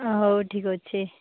ହଉ ଠିକ୍ ଅଛି